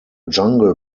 jungle